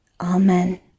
Amen